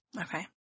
Okay